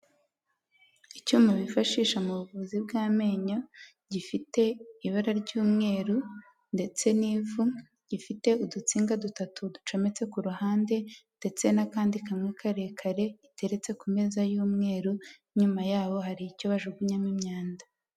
Icyuma bifashisha mu buvuzi bw'amenyo, gifite ibara ry'umweru ndetse n'ivu, gifite udutsiga dutatu ducometse ku ruhande ndetse n'akandi kamwe karekare, gateretse ku meza y'umweru, inyuma yaho hari icyo bajugunyamo imyanda.